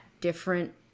different